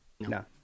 No